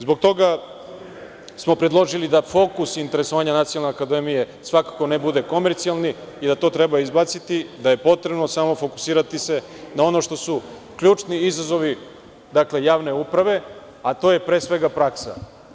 Zbog toga smo predložili da fokus interesovanja nacionalne akademije svakako ne bude komercijalni i da to treba izbaciti, da je potrebno samo fokusirati se na ono što su ključni izazovi, dakle, javne uprave, a to je pre svega praksa.